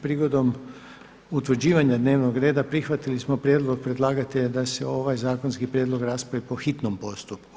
Prigodom utvrđivanja dnevnog reda prihvatili smo prijedlog predlagatelja da se ovaj zakonski prijedlog raspravi po hitnom postupku.